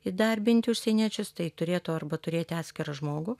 įdarbint užsieniečius tai turėtų arba turėt atskirą žmogų